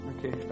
Okay